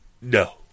no